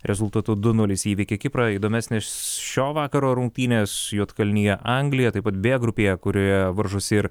rezultatu du nulis įveikė kiprą įdomesnės šio vakaro rungtynės juodkalnija anglija taip pat b grupėje kurioje varžosi ir